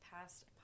past